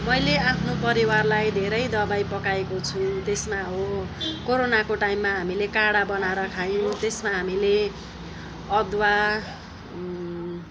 मैले आफ्नो परिवारलाई धेरै दबाई पकाएको छु त्यसमा हो कोरोनाको टाइममा हामीले काँढा बनाएर खायौँ त्यसमा हामीले अदुवा